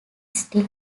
still